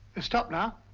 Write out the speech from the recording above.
it stopped now.